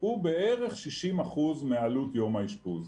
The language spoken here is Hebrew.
הוא בערך 60% מעלות יום האשפוז.